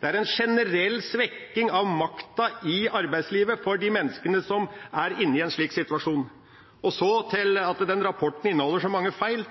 Det er en generell svekking av makta i arbeidslivet for de menneskene som er inne i en slik situasjon. Og så til at denne rapporten inneholder så mange feil.